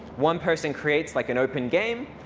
one person creates like an open game,